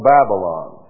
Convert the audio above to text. Babylon